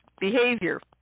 behavior